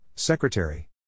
Secretary